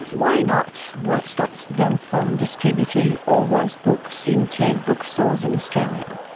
why not? what stops them from distributing all those books into bookstores in australia?